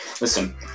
listen